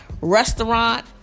restaurant